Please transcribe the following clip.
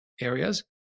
areas